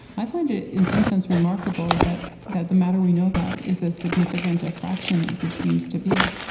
i find it in some sense remarkable that that the matter we know about is as significant a fraction as it seems to be.